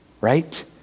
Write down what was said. right